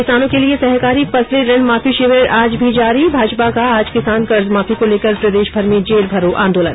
किसानों के लिये सहकारी फसली ऋण माफी शिविर आज भी जारी भाजपा का आज किसान कर्ज माफी को लेकर प्रदेशभर में जेलभरों आंदोलन